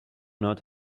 not